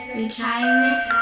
retirement